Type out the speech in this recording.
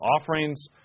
offerings